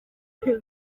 gihe